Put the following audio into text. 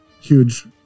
huge